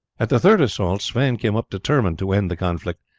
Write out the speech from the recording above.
at the third assault sweyn came up determined to end the conflict,